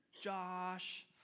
Josh